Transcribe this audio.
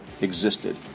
existed